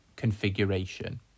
configuration